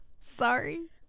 Sorry